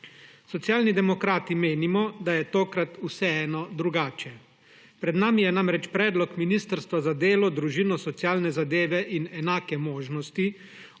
Socialni demokrati menimo, da je tokrat vseeno drugače. Pred nami je namreč predlog Ministrstva za delo, družino, socialne, zadeve in enake možnosti